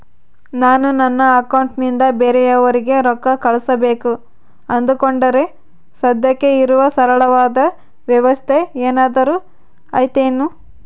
ನಾನು ನನ್ನ ಅಕೌಂಟನಿಂದ ಬೇರೆಯವರಿಗೆ ರೊಕ್ಕ ಕಳುಸಬೇಕು ಅಂದುಕೊಂಡರೆ ಸದ್ಯಕ್ಕೆ ಇರುವ ಸರಳವಾದ ವ್ಯವಸ್ಥೆ ಏನಾದರೂ ಐತೇನು?